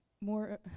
more